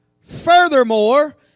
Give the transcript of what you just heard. Furthermore